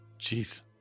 Jeez